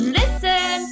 listen